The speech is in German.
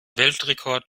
weltrekord